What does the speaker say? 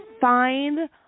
find